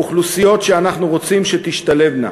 אוכלוסיות שאנחנו רוצים שתשתלבנה,